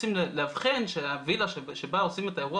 רוצים לאבחן שהווילה שבה עושים את האירוע